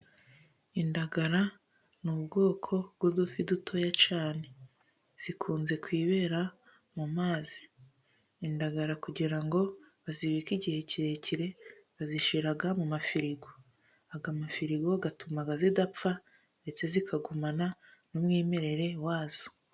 Indagara n'ubwoko bw'udufi dutoya cyane, zikunze kwibera mu mazi, indagara kugira ngo bazibike igihe kirekire, bazishira mu mafirigo, aya mafirigo atuma zidapfa, ndetse zikagumana n'umwimerere wazo.